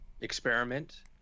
experiment